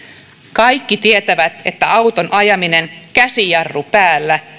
kaikki tietävät että auton ajaminen käsijarru päällä